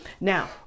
Now